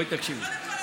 בואי, תקשיבי.